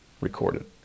recorded